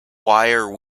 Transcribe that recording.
wire